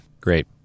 Great